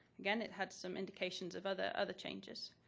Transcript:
again, it had some indications of other other changes.